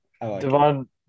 Devon